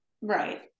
Right